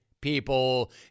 people